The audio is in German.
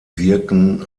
wirken